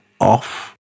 off